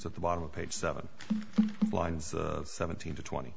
at the bottom of page seven lines seventeen to twenty